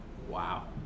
Wow